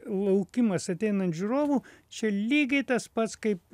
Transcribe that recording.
laukimas ateinant žiūrovų čia lygiai tas pats kaip